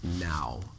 now